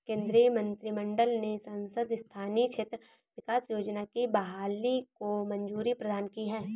केन्द्रीय मंत्रिमंडल ने सांसद स्थानीय क्षेत्र विकास योजना की बहाली को मंज़ूरी प्रदान की है